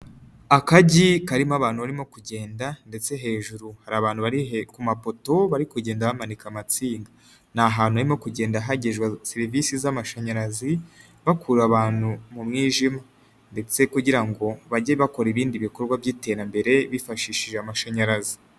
Akagi karimo abantu barimo kugenda, ndetse hejuru hari abantu bari kumapoto bari kugenda bamanika amatsinga. Ni ahantu harimo kugenda hagezwa serivisi z'amashanyarazi, bakura abantu mu mwijima. Ndetse kugira ngo bajye bakora ibindi bikorwa by'iterambere bifashishije amashanyarazi.